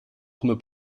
come